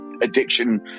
addiction